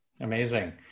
Amazing